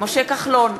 משה כחלון,